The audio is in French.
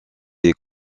des